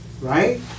Right